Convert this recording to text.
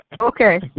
Okay